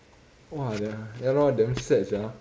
!wah! the ya lor damn sad sia